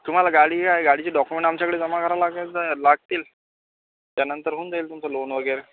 तुम्हाला गाडी आहे गाडीचे डॉक्युमेंट आमच्याकडे जमा करायला लागेल तर लागतील त्यानंतर होऊन जाईल तुमचं लोन वगैरे